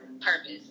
purpose